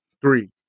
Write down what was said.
Three